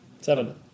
Seven